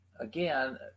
again